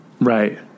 Right